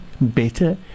better